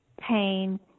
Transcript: pain